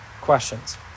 questions